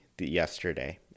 yesterday